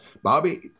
Bobby –